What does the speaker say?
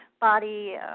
body